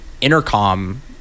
intercom